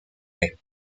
lait